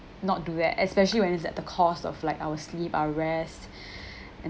not do that especially when it's at the cost of like our sleep our rest and